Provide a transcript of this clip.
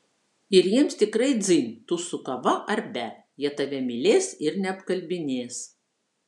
ir jiems tikrai dzin tu su kava ar be jie tave mylės ir neapkalbinės